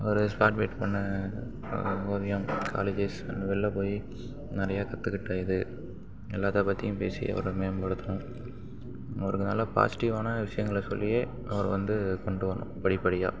அவர் பண்ண ஓவியம் colleges and வெளில போய் நிறையா கற்றுக்கிட்ட இது எல்லாத்தைப் பற்றியும் பேசி அவரை மேம்படுத்தணும் அவருக்கு நல்ல பாசிட்டிவான விஷயங்களை சொல்லியே அவரை வந்து கொண்டு வரணும் படிப்படியாக